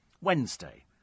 Wednesday